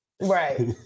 Right